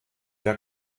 der